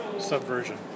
Subversion